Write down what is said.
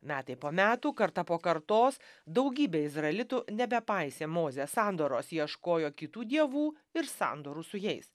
metai po metų karta po kartos daugybė izraelitų nebepaisė mozės sandoros ieškojo kitų dievų ir sandorų su jais